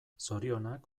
zorionak